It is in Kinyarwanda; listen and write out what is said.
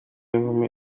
w’inkumi